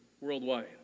worldwide